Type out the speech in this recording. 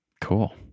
Cool